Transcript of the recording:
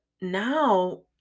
now